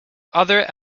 other